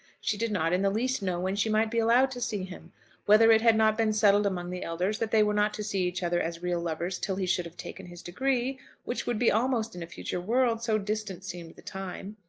she did not in the least know when she might be allowed to see him whether it had not been settled among the elders that they were not to see each other as real lovers till he should have taken his degree which would be almost in a future world, so distant seemed the time.